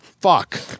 fuck